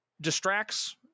distracts